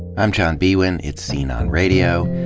i'm john biewen, it's scene on radio.